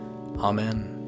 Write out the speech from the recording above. Amen